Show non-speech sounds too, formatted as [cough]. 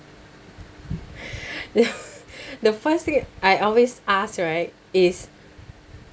[breath] the [laughs] the first thing I always ask right is